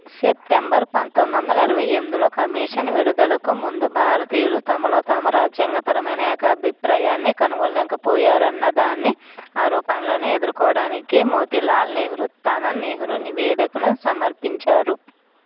September పంతొమ్మిది వందల ఇరవై ఎనిమిదిలో కమిషన్ విడుదలకు ముందు భారతీయులు తమలో తాము రాజ్యాంగపరమైన ఏకాభిప్రాయాన్ని కనుగొనలేకపోయారు అన్న దాని ఆరోపణలను ఎదుర్కోవడానికి మోతీలాల్ నెహ్రూ తన నెహ్రూ నివేదికను సమర్పించారు